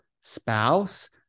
spouse